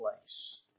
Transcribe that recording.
place